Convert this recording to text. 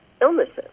illnesses